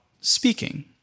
speaking